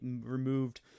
removed